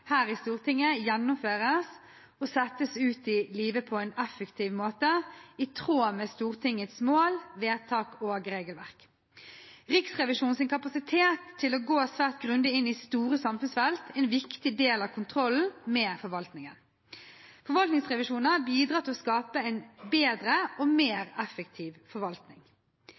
her i Stortinget gjennomføres og settes ut i livet på en effektiv måte, i tråd med Stortingets mål, vedtak og regelverk. Riksrevisjonens kapasitet til å gå svært grundig inn i store samfunnsfelt er en viktig del av kontrollen med forvaltningen. Forvaltningsrevisjoner bidrar til å skape en bedre og mer effektiv forvaltning.